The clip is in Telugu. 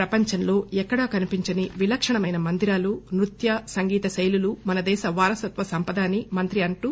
ప్రపంచంలో ఎక్కడా కనిపించని విలక్షణమైన మందిరాలు నృత్య సంగీత శైలులు మనదేశ వారసత్వ సంపద అని మంత్రి అన్నారు